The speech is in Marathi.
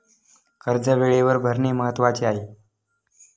कर्ज वेळेवर भरणे महत्वाचे आहे